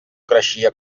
creixia